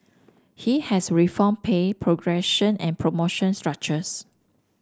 he has reformed pay progression and promotion structures